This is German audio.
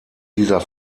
dieser